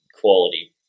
quality